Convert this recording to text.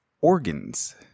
organs